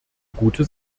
gute